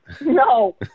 No